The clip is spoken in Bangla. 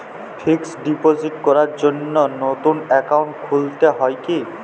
ফিক্স ডিপোজিট করার জন্য নতুন অ্যাকাউন্ট খুলতে হয় কী?